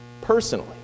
personally